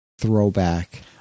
throwback